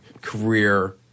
career